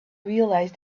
realize